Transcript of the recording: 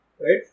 right